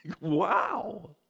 wow